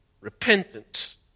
repentance